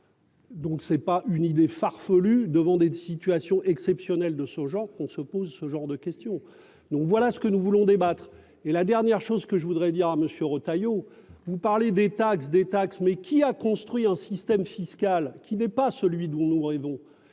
Donc c'est pas une idée farfelue devant des de situation exceptionnelle de ce genre qu'on se pose ce genre de questions donc, voilà ce que nous voulons débattre et la dernière chose que je voudrais dire à monsieur Retailleau, vous parlez des taxes, des taxes, mais qui a construit un système fiscal qui n'est pas celui dont nous rêvons,